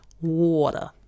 water